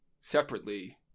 separately